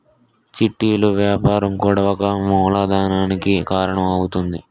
చిట్టీలు వ్యాపారం కూడా ఒక మూలధనానికి కారణం అవుతుంది